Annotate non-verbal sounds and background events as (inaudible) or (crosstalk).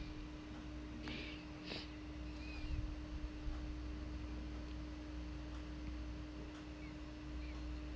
(noise)